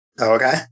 Okay